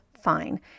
fine